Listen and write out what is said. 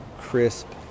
crisp